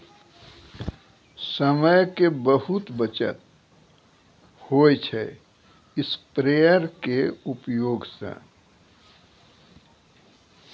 समय के बहुत बचत होय छै स्प्रेयर के उपयोग स